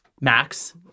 Max